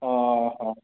ହଁ